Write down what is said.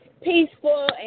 peaceful